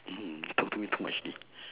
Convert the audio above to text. mm talk to me too much leh